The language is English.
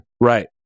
Right